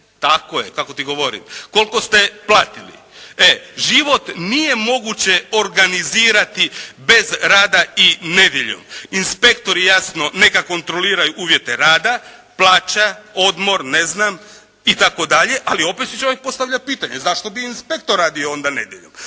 si benzina onoliko koliko ste platili. Život nije moguće organizirati bez rada i nedjeljom. Inspektori jasno neka kontroliraju uvjete rada, plaća, odmor, ne znam itd. ali opet si čovjek postavlja pitanje zašto bi inspektor onda radio nedjeljom.